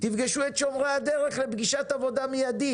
תפגשו את שומרי הדרך לפגישת עבודה מיידית,